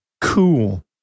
Cool